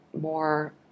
more